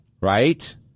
right